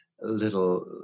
little